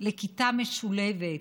לכיתה משולבת,